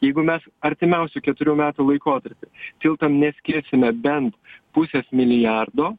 jeigu mes artimiausių keturių metų laikotarpy tiltam neskirsime bent pusės milijardo